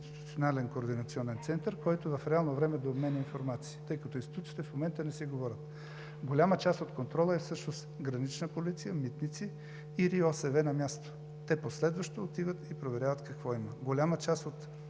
координационен център, който в реално време да обменя информация, тъй като институциите в момента не си говорят. Контролът всъщност е от „Гранична полиция“, „Митници“ и РИОСВ на място – те последващо отиват и проверяват какво има. Голяма част от